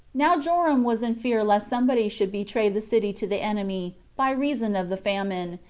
now joram was in fear lest somebody should betray the city to the enemy, by reason of the famine,